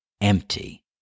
empty